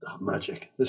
Magic